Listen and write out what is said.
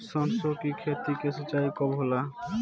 सरसों की खेती के सिंचाई कब होला?